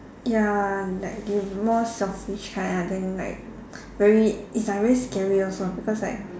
ya like they more selfish kind ah then like very it's like very scary also because like